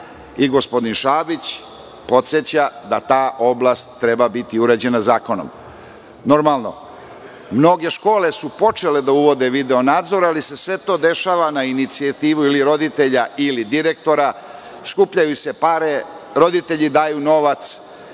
i gospodin Šabić podseća da ta oblast treba biti uređena zakonom, normalno. Mnoge škole su počele da uvode video-nadzor, ali se sve to dešava na inicijativu ili roditelja ili direktora, skupljaju se pare, roditelji daju novac